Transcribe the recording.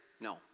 No